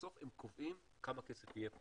בסוף הם קובעים כמה כסף יהיה פה,